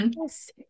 Yes